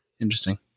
Interesting